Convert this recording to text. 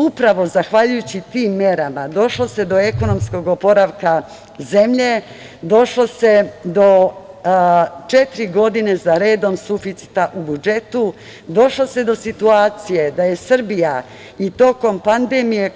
Upravo zahvaljujući tim merama došlo se do ekonomskog oporavka zemlje, došlo se do četiri godine za redom suficita u budžetu, došlo se do situacije da je Srbija i tokom pandemije